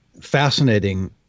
fascinating